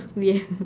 we